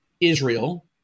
Israel